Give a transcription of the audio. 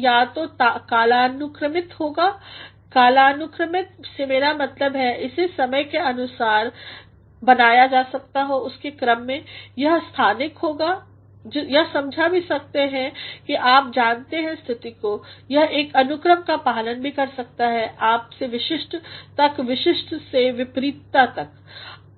या तोकालानुक्रमित हो सकता है कालानुक्रमित से मेरा मतलब है इसे समय के अनुक्रम के अनुसार बनाया जा सकता है यह स्थानिक भी हो सकता है यह समझा भी सकता है आप जानते हैं स्थिति को यह एक अनुक्रम का पालन भी कर सकता है आप से विश्ष्ट तक और विश्ष्ट से विपरीतता से